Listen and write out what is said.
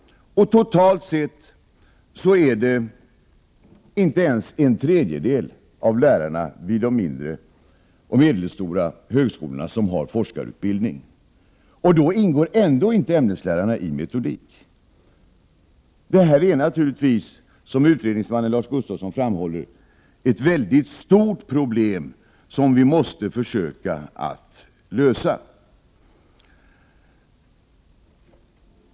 Totalt sett har inte ens en tredjedel av lärarna forskarutbildning vid de mindre och medelstora högskolorna, och i den bråkdelen ingår ändå inte ämneslärarna i metodik. Detta är naturligtvis, vilket utredningsmannen Lars Gustafsson framhåller, ett mycket stort problem som vi måste försöka lösa.